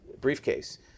briefcase